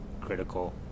critical